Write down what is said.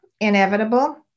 inevitable